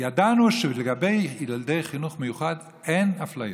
ידענו שלגבי ילדי חינוך מיוחד אין אפליות.